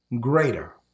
greater